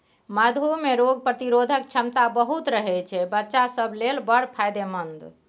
मधु मे रोग प्रतिरोधक क्षमता बहुत रहय छै बच्चा सब लेल बड़ फायदेमंद